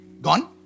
gone